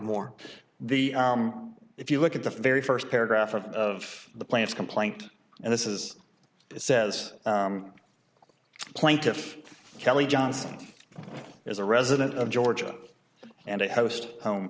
more the if you look at the very first paragraph of the plant's complaint and this is it says plaintiff kelly johnson is a resident of georgia and a host home